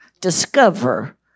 discover